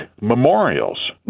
memorials